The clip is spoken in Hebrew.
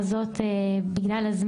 יאיר אמר, מנהל אגף